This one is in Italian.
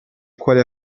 quali